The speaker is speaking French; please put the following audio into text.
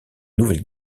nouvelle